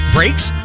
Brakes